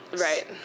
Right